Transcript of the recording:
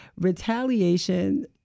Retaliation